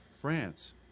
France